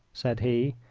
said he,